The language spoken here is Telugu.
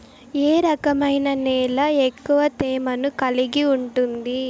ఏ రకమైన నేల ఎక్కువ తేమను కలిగి ఉంటుంది?